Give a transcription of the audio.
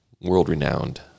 world-renowned